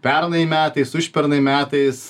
pernai metais užpernai metais